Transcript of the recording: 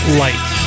light